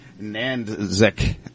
Nandzik